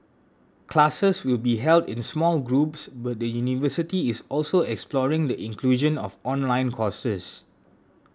classes will be held in small groups but the university is also exploring the inclusion of online courses